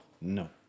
No